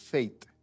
Faith